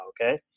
okay